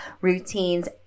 routines